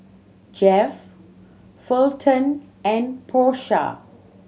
Jeff Fulton and Porsha